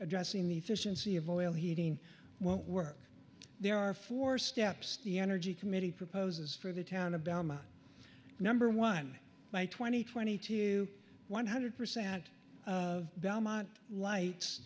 addressing the fish and sea of oil heating won't work there are four steps the energy committee proposes for the town of dhamma number one by twenty twenty to one hundred percent of belmont lights